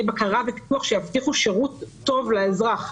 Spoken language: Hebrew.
בקרה ופיקוח שיבטיחו שירות טוב לאזרח?